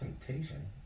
Temptation